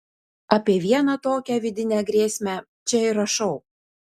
apie vieną tokią vidinę grėsmę čia ir rašau